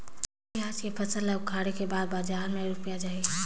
पियाज के फसल ला उखाड़े के बाद बजार मा रुपिया जाही?